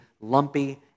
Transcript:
lumpy